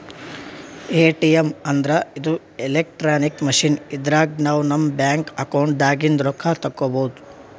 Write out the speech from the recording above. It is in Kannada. ಎ.ಟಿ.ಎಮ್ ಅಂದ್ರ ಇದು ಇಲೆಕ್ಟ್ರಾನಿಕ್ ಮಷಿನ್ ಇದ್ರಾಗ್ ನಾವ್ ನಮ್ ಬ್ಯಾಂಕ್ ಅಕೌಂಟ್ ದಾಗಿಂದ್ ರೊಕ್ಕ ತಕ್ಕೋಬಹುದ್